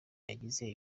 yazize